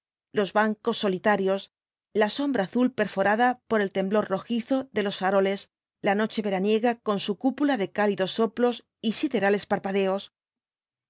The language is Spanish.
los bancos solitarios la sombra azul perforada por el temblor rojizo de los faroles la noche veraniega con su cúpula de cálidos soplos y siderales parpadeos